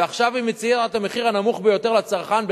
ועכשיו היא מציעה את המחיר הנמוך ביותר לצרכן,